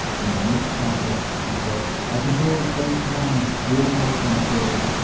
in the next tableau it was as an old bent man, worn-out and frail,